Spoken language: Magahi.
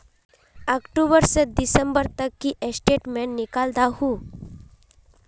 अक्टूबर से दिसंबर तक की स्टेटमेंट निकल दाहू?